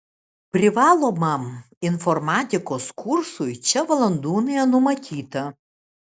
privalomam informatikos kursui čia valandų nenumatyta